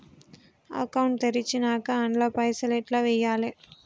Account తెరిచినాక అండ్ల పైసల్ ఎట్ల వేయాలే?